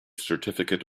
certificate